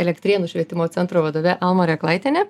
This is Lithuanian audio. elektrėnų švietimo centro vadove alma reklaitiene